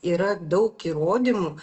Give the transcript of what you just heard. yra daug įrodymų